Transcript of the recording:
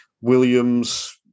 williams